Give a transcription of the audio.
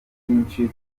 byinshi